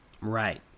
Right